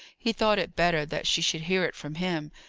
he thought it better that she should hear it from him,